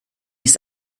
ist